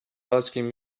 asking